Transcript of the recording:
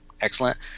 excellent